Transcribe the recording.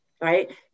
right